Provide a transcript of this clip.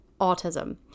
autism